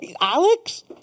Alex